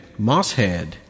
mosshead